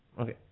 Okay